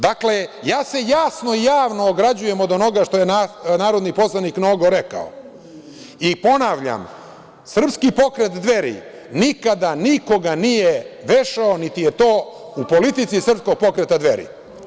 Dakle, ja se jasno i javno ograđujem od onoga što je narodni poslanik Nogo rekao i ponavljam Srpski pokret Dveri nikada nikoga nije vešao, niti je to u politici Srpskog pokreta Dveri.